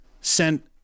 sent